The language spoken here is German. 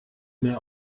mehr